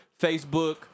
Facebook